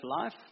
life